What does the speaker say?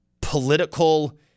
political